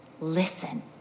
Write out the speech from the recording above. listen